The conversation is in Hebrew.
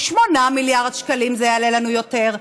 8 מיליארד שקלים זה יעלה לנו יותר.